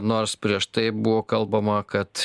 nors prieš tai buvo kalbama kad